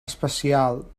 especial